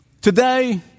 today